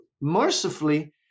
mercifully